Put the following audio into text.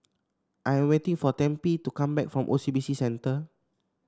I am waiting for Tempie to come back from O C B C Centre